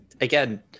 again